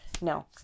no